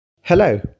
Hello